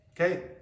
Okay